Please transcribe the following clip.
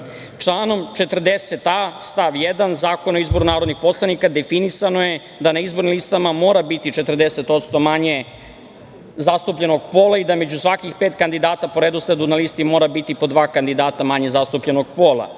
40a stav 1. Zakona o izboru narodnih poslanika definisano je da na izbornim listama mora biti 40% manje zastupljenog pola i da među svakih pet kandidata po redosledu na listi mora biti po dva kandidata manje zastupljenog pola.